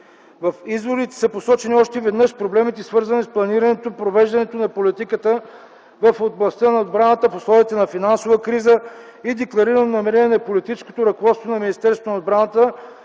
още веднъж са посочени проблемите, свързани с планирането и провеждането на политика в областта на отбраната в условия на финансова криза и декларирано намерение на политическото ръководство на Министерството на отбраната